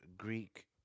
Greek